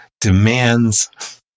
demands